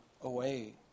away